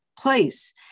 place